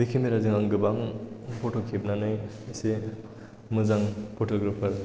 बे केमेरा जों आं गोबां फट' खेबनानै एसे मोजां फट'ग्राफार